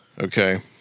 okay